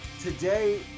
today